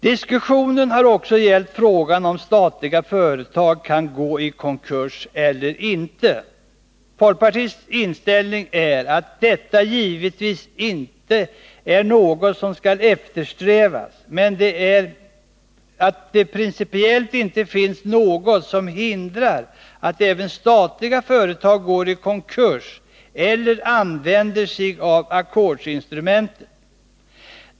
Diskussionen har också gällt frågan om statliga företag kan gå i konkurs eller inte. Folkpartiets inställning är att detta givetvis inte är något som skall eftersträvas men att det principellt inte finns något som hindrar att även statliga företag går i konkurs eller använder sig av ackordsinstrumentet.